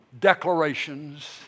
declarations